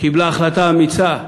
קיבלה החלטה אמיצה,